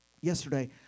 Yesterday